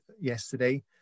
yesterday